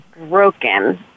broken